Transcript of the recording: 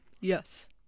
yes